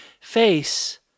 face